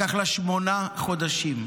לקח לה שמונה חודשים,